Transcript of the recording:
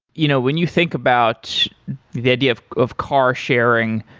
you know when you think about the idea of of car sharing,